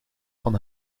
van